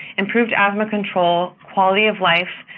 improved asthma control, quality of life,